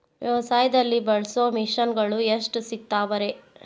ವ್ಯವಸಾಯದಲ್ಲಿ ಬಳಸೋ ಮಿಷನ್ ಗಳು ಎಲ್ಲಿ ಸಿಗ್ತಾವ್ ರೇ?